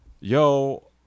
Yo